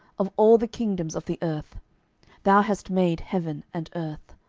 of all the kingdoms of the earth thou hast made heaven and earth.